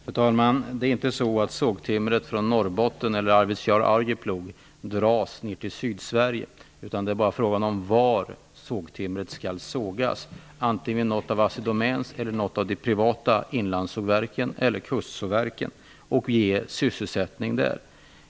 Fru talman! Det är inte så att sågtimret från Sydsverige. Det är bara fråga om var sågtimret skall sågas, antingen vid något av Assidomäns sågverk eller något av de privata inlandssågverken eller kustsågverken. Då skapas sysselsättning där.